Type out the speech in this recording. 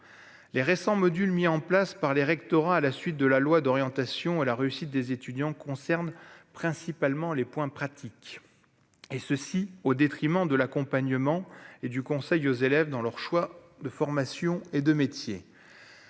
les récents modules mis en place par les rectorats, à la suite de la loi d'orientation et la réussite des étudiants concerne principalement les points pratique et ceci au détriment de l'accompagnement et du conseil aux élèves dans leurs choix de formation et de métier,